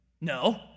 no